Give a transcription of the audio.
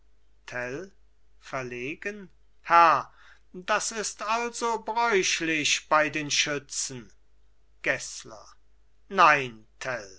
verlegen herr das ist also bräuchlich bei den schützen gessler nein